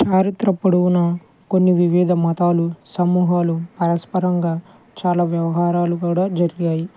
చారిత్ర పొడవునా కొన్ని వివిధ మతాలు సమూహాలు పరస్పరంగా చాలా వ్యవహారాలు కూడా జరిగాయి